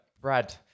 Brad